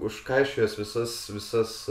užkaišiojęs visas visas